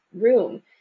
room